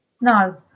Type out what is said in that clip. No